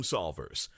Solvers